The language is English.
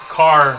car